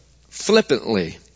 flippantly